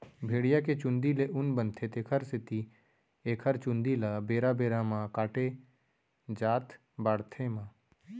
भेड़िया के चूंदी ले ऊन बनथे तेखर सेती एखर चूंदी ल बेरा बेरा म काटे जाथ बाड़हे म